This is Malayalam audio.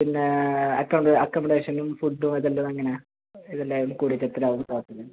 പിന്നെ അക്കോമഡേഷനും ഫുഡ്ഡും ഇത് എല്ലാം അങ്ങനെ ഇത് എല്ലാം കൂടിയിട്ട് എത്ര ആവും ടോട്ടല്